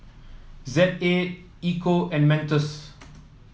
Z A Ecco and Mentos